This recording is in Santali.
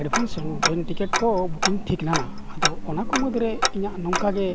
ᱠᱚ ᱴᱷᱤᱠ ᱞᱮᱱᱟ ᱟᱫᱚ ᱚᱱᱟᱠᱚ ᱢᱟᱹᱫᱽᱨᱮ ᱤᱧᱟᱹᱜ ᱱᱚᱝᱠᱟᱜᱮ